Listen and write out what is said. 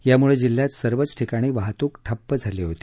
यामुळं जिल्ह्यात सर्वच ठिकाणी वाहतुक ठप्प होती